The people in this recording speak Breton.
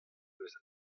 eus